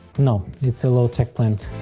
no, it's a low-tech plant.